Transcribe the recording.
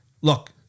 Look